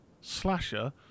slasher